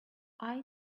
eye